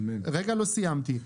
אמרתי אמן לא סיימתי.